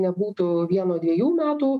nebūtų vieno dviejų metų